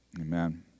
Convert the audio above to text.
Amen